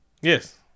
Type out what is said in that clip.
Yes